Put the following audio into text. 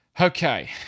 Okay